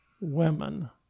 women